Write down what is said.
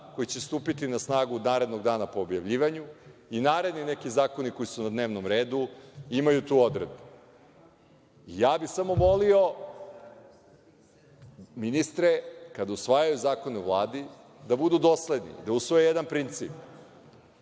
koji će stupiti na snagu narednog dana po objavljivanju. I naredni neki zakoni koji su na dnevnom redu imaju tu odredbu. Ja bih samo molio ministre, kad usvajaju zakone u Vladi, da budu dosledni i da usvoje jedan princip.